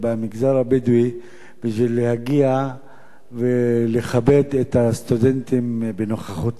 בשביל להגיע ולכבד את הסטודנטים בנוכחותי.